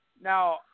Now